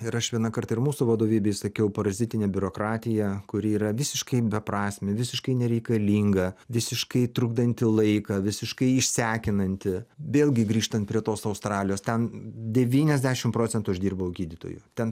ir aš vienąkart ir mūsų vadovybei sakiau parazitinė biurokratija kuri yra visiškai beprasmė visiškai nereikalinga visiškai trukdanti laiką visiškai išsekinanti vėlgi grįžtant prie tos australijos ten devyniasdešim procentų aš dirbau gydytoju ten